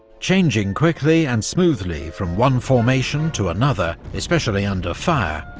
changing quickly and smoothly from one formation to another, especially under fire,